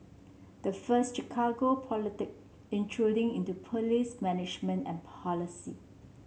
the first Chicago politic intruding into police management and policy